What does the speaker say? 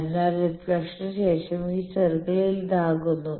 അതിനാൽ റിഫ്ലക്ഷന് ശേഷം ഈ സർക്കിൾ ഇതാകുന്നു